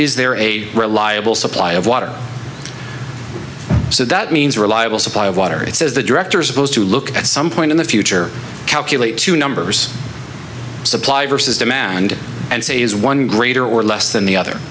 is there a reliable supply of water so that means reliable supply of water he says the director supposed to look at some point in the future calculate two numbers supply versus demand and say is one greater or less than the other